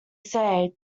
say